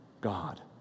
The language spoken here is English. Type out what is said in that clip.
God